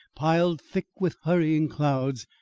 piled thick with hurrying clouds,